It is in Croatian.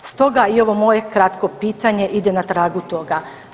Stoga i ovo moje kratko pitanje ide na tragu toga.